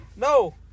No